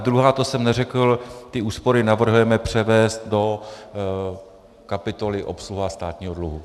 A druhá, to jsem neřekl, úspory navrhujeme převést do kapitoly obsluha státního dluhu.